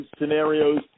scenarios